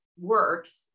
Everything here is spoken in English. works